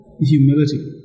humility